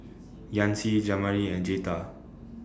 Yancy Jamari and Jetta